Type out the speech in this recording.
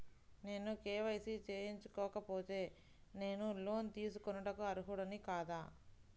నేను కే.వై.సి చేయించుకోకపోతే నేను లోన్ తీసుకొనుటకు అర్హుడని కాదా?